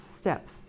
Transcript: steps